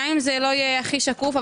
גם אם זה לא יהיה הכי שקוף,